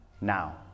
now